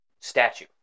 statue